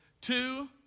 Two